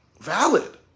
valid